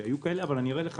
שהיו כאלה, אבל אני אראה לך